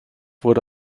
wurde